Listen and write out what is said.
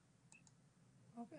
ואני